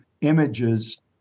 images